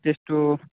টেষ্টটো